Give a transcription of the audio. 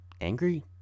angry